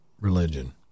religion